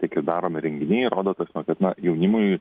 tiek ir daromi renginiai rodo tas na kad na jaunimui